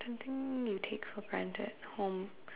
something you take for granted home